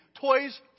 toys